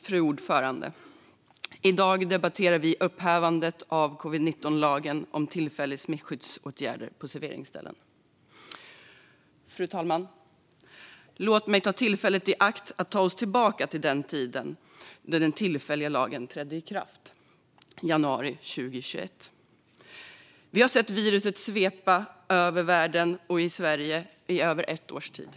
Fru talman! I dag debatterar vi upphävandet av covid-19-lagen och lagen om tillfälliga smittskyddsåtgärder på serveringsställen. Fru talman! Låt mig ta tillfället i akt och ta oss tillbaka till tiden då den tillfälliga lagen trädde i kraft - januari 2021. Vi har sett viruset svepa över världen och Sverige i över ett års tid.